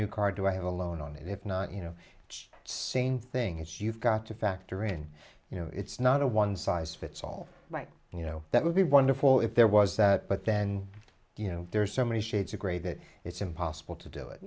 new car do i have a loan on it if not you know which same thing is you've got to factor in you know it's not a one size fits all right and you know that would be wonderful if there was that but then you know there's so many shades of gray that it's impossible to do